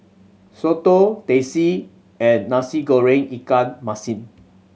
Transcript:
soto Teh C and Nasi Goreng ikan masin